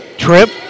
trip